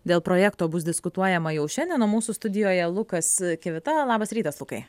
dėl projekto bus diskutuojama jau šiandien o mūsų studijoje lukas kivita labas rytas lukai